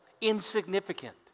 insignificant